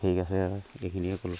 ঠিক আছে এইখিনিয়ে ক'লোঁ